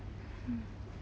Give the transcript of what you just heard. mm